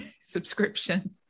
subscription